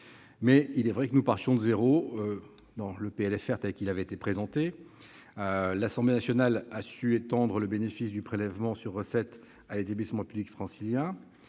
mais il est vrai que nous partions de zéro dans le PLFR initial. L'Assemblée nationale a su étendre le bénéfice du prélèvement sur recettes à l'établissement public francilien.